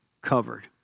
covered